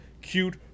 cute